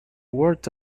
worked